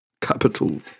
Capital